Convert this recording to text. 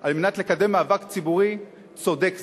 על מנת לקדם מאבק ציבורי צודק זה,